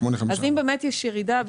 אם באמת יש ירידה,